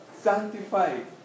sanctified